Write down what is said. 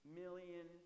million